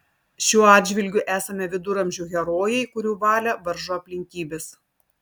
šiuo atžvilgiu esame viduramžių herojai kurių valią varžo aplinkybės